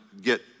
get